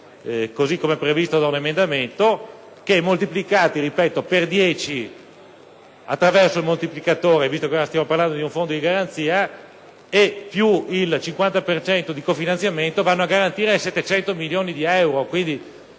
come previsto da un emendamento, che moltiplicati per 10 attraverso il moltiplicatore, visto che ora stiamo parlando di un fondo di garanzia, più il 50 per cento di cofinanziamento vanno a garantire un importo pari